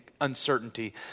uncertainty